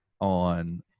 on